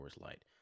Light